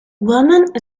woman